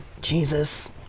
Jesus